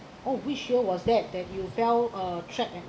oh which show was that that you felt uh trapped and